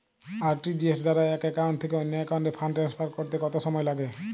RTGS দ্বারা এক account থেকে অন্য একাউন্টে ফান্ড ট্রান্সফার করতে কত সময় লাগে?